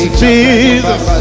jesus